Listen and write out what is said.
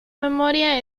memoria